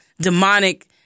demonic